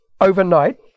overnight